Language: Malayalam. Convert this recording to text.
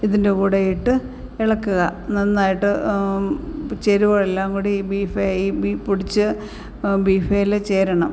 ഇതിൻ്റെ കൂടെ ഇട്ട് ഇളക്കുക നന്നായിട്ട് ചേരുവയെല്ലാംകൂടി ബീഫെ ഈ പൊടിച്ച ബീഫേല് ചേരണം